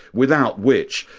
without which,